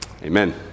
Amen